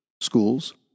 schools